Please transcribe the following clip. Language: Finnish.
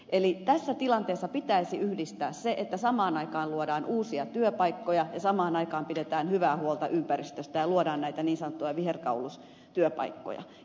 eli tässä tilanteessa pitäisi yhdistää se että samaan aikaan luodaan uusia työpaikkoja ja samaan aikaan pidetään hyvää huolta ympäristöstä ja luodaan näitä niin sanottuja viherkaulustyöpaikkoja